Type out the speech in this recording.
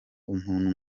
umuntu